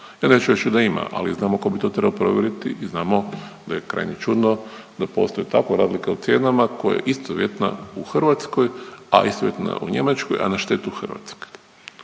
Ja neću reći da ima, ali znamo ko bi to trebao provjeriti i znamo da je krajnje čudno da postoji takva razlika u cijenama koja je istovjetna u Hrvatskoj, a istovjetna u Njemačkoj, a na štetu Hrvatske.